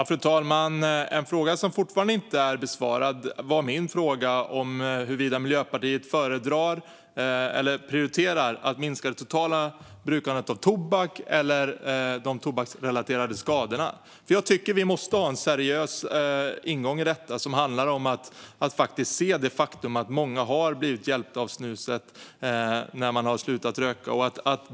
Fru talman! En fråga som fortfarande inte är besvarad är min fråga om huruvida Miljöpartiet prioriterar att minska det totala brukandet av tobak eller prioriterar att minska de tobaksrelaterade skadorna. Jag tycker att vi måste ha en seriös ingång i detta som handlar om att se det faktum att många har blivit hjälpta av snuset när de har slutat röka.